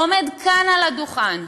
עומד כאן, על הדוכן,